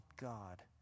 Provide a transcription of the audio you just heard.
God